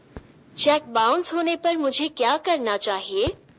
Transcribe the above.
Check bounce होने पर मुझे क्या करना चाहिए?